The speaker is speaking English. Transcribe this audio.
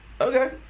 Okay